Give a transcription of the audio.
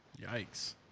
Yikes